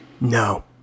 No